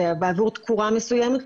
זה בעבור תקורה מסוימת,